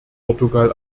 portugal